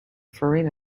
farina